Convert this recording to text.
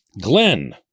Glenn